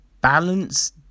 balance